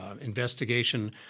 investigation